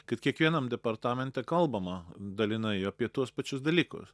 kad kiekvienam departamente kalbama dalina į apie tuos pačius dalykus